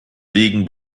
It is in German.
wegen